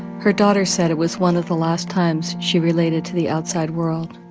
her daughter said it was one of the last times she related to the outside world.